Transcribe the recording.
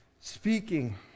speaking